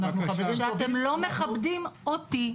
אתם לא מכבדים אותי.